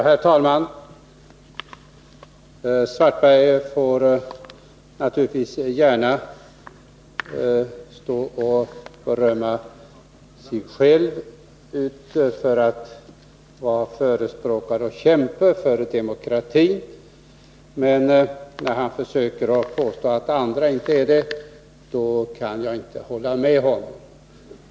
Herr talman! Karl-Erik Svartberg får naturligtvis gärna stå och berömma sig själv för att vara förespråkare och kämpe för demokratin, men när han försöker påstå att andra inte är det kan jag inte hålla med honom.